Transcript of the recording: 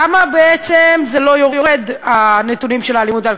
למה בעצם זה לא יורד, הנתונים של האלימות?